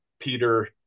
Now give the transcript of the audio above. Peter